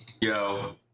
yo